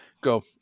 go